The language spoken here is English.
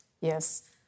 Yes